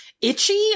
itchy